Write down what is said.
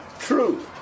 true